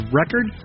record